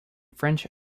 french